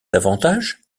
davantage